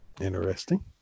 Interesting